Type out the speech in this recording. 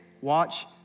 watch